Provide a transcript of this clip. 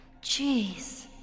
jeez